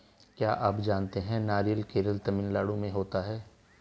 क्या आप जानते है नारियल केरल, तमिलनाडू में होता है?